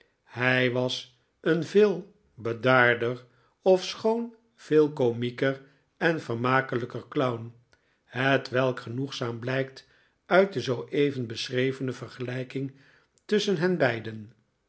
hij was een veel bedaarder ofschoon veel komieker en vermakelijker clown hetwelk genoegzaam blijkt uit de zoo even beschrevene vergelijking tusschen hen beiden